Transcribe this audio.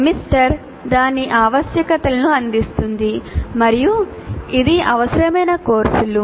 semester దాని ఆవశ్యకతలను అందిస్తుంది మరియు ఇది అవసరమైన కోర్సులు